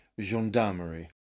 gendarmerie